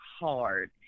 hard